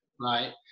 right